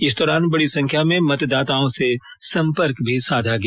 इस दौरान बड़ी संख्या में मतदाताओं से संपर्क भी साधा गया